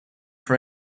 for